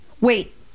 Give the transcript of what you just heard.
Wait